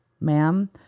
Ma'am